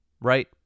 Right